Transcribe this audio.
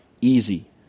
easy